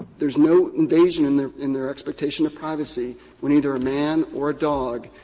there is no invasion in their in their expectation of privacy when either a man or a dog,